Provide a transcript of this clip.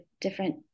different